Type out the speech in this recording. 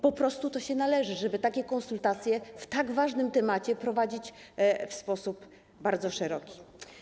Po prostu to się im należy, żeby takie konsultacje w tak ważnym temacie prowadzić w sposób bardzo szeroki.